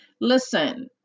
listen